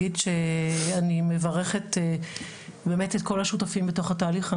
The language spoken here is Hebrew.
אני מברכת באמת את כל השותפים בתוך התהליך.